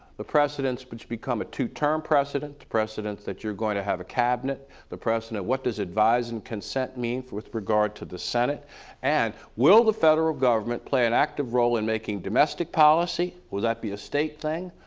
the precedents which become a two term precedent the precedent that you're going to have a cabinet the precedent, what does advise and consent mean with regard to the senate and will the federal government play an active role in making domestic policy, will that be a state thing,